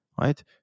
right